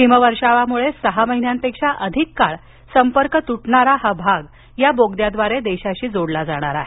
हिमवर्षावामुळे सहा महिन्यांपेक्षा अधिक काळ संपर्क तुटणारा हा भाग या बोगद्याद्वारे देशाशी जोडला जाणार आहे